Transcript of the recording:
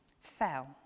fell